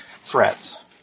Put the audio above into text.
threats